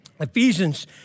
Ephesians